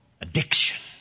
addiction